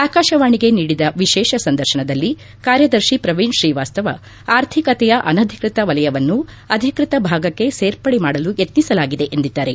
ಆಕಾಶವಾಣಿಗೆ ನೀಡಿದ ವಿಶೇಷ ಸಂದರ್ತನದಲ್ಲಿ ಕಾರ್ಯದರ್ತಿ ಪ್ರವೀಣ್ ಶ್ರೀವಾಸ್ತವ ಆರ್ಥಿಕತೆಯ ಅನಧಿಕೃತ ವಲಯವನ್ನು ಅಧಿಕೃತ ಭಾಗಕ್ಕೆ ಸೇರ್ಪಡೆ ಮಾಡಲು ಯತ್ನಿಸಲಾಗಿದೆ ಎಂದಿದ್ದಾರೆ